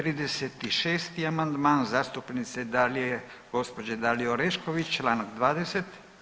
36. amandman zastupnice Dalije, gospođe Dalije Orešković, Članak 20.